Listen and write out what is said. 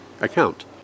account